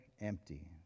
empty